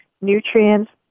nutrients